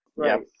Right